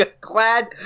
Glad